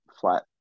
flat